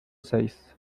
seis